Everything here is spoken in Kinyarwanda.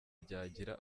byagira